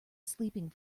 sleeping